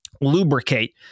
lubricate